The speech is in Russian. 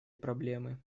проблемы